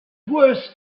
worse